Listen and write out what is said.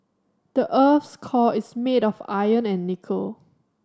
the earth's core is made of iron and nickel